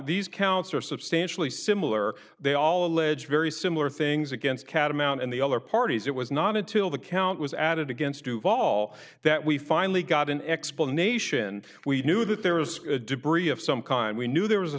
these counts are substantially similar they all alleged very similar things against catamount and the other parties it was not until the count was added against to fall that we finally got an explanation we knew that there was debris of some kind we knew there was a